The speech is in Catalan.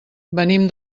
venim